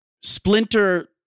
Splinter